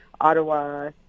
Ottawa